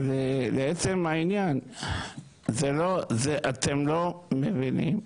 אבל לעצם העניין, אתם לא מבינים.